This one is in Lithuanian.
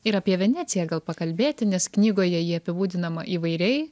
ir apie veneciją gal pakalbėti nes knygoje ji apibūdinama įvairiai